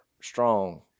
strong